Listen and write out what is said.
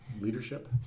Leadership